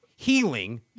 Healing